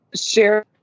Sure